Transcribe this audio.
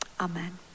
Amen